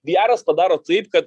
viaras padaro taip kad